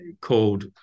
called